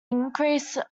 increase